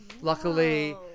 luckily